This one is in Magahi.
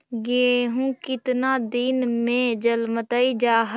गेहूं केतना दिन में जलमतइ जा है?